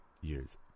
years